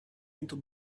into